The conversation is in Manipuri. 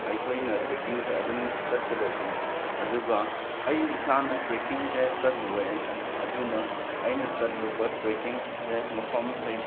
ꯑꯩꯈꯣꯏꯅ ꯇ꯭ꯔꯦꯀꯤꯡꯁꯦ ꯑꯗꯨꯝ ꯆꯠꯀꯗꯕꯅꯤ ꯑꯗꯨꯒ ꯑꯩ ꯏꯁꯥꯅ ꯇ꯭ꯔꯦꯀꯤꯡꯁꯦ ꯆꯠꯂꯨꯔꯦ ꯑꯩꯁꯨ ꯑꯗꯨꯅ ꯑꯩꯅ ꯆꯠꯂꯨꯕ ꯇ꯭ꯔꯦꯀꯤꯡꯁꯦ ꯃꯐꯝꯁꯦ